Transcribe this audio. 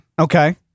Okay